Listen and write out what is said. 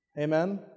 amen